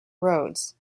roads